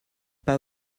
pas